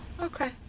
okay